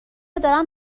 دارم